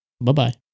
Bye-bye